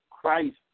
Christ